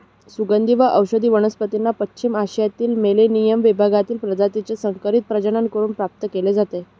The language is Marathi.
सुगंधी व औषधी वनस्पतींना पश्चिम आशियातील मेलेनियम विभागातील प्रजातीचे संकरित प्रजनन करून प्राप्त केले जाते